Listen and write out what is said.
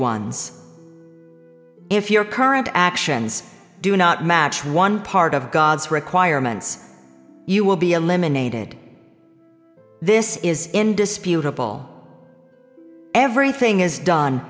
ones if your current actions do not match one part of god's requirements you will be eliminated this is indisputable everything is done